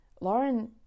lauren